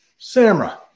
Samra